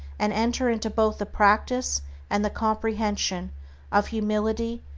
and enter into both the practice and the comprehension of humility,